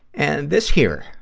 and this here,